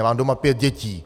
Mám doma pět dětí.